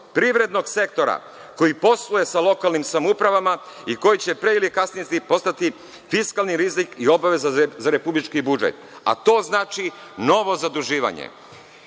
privrednog sektora koji posluje sa lokalnim samoupravama i koji će pre ili kasnije postati fiskalni rizik i obaveza za republički budžet, a to znači novo zaduživanje. Juna